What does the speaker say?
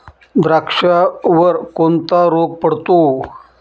द्राक्षावर कोणता रोग पडतो?